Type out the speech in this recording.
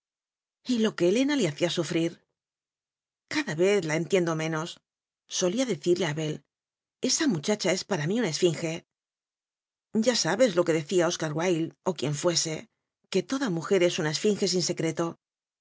y lo que helena le hacía sufrir cada vez la entiendo menossolía de cirle a abel esa muchacha es para mí una esfinge ya sabes lo que decía oscar wilde o quien fuese que toda mujer es una esfinge sin secreto